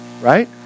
Right